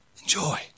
Enjoy